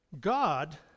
God